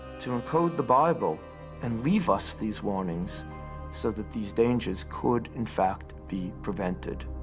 to encode the bible and leave us these warnings so that these dangers could, in fact, be prevented.